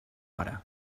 hora